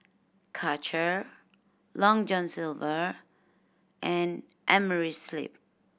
Karcher Long John Silver and Amerisleep